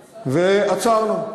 ועצרנו.